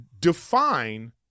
define –